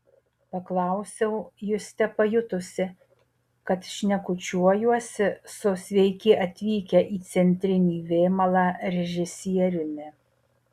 paklausiau juste pajutusi kad šnekučiuojuosi su sveiki atvykę į centrinį vėmalą režisieriumi